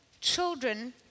children